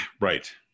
Right